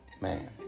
man